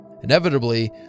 Inevitably